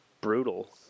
brutal